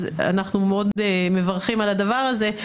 אז אנחנו מברכים מאוד על הדבר הזה.